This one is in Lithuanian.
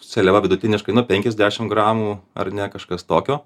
seliava vidutiniškai nu penkiasdešim gramų ar ne kažkas tokio